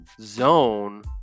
zone